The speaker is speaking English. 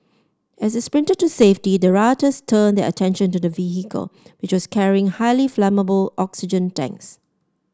as they sprinted to safety the rioters turned their attention to the vehicle which was carrying highly flammable oxygen tanks